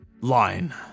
line